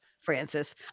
Francis